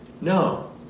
no